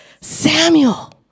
Samuel